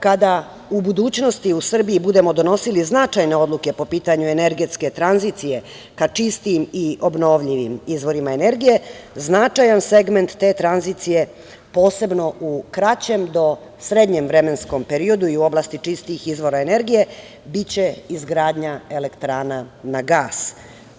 Kada u budućnosti u Srbiji budemo donosili značajne odluke po pitanju energetske tranzicije ka čistijim i obnovljivim izvorima energije, značajan segment te tranzicije, posebno u kraćem do srednjem vremenskom periodu i u oblasti čistijih izvora energije, biće izgradnja elektrana na gas,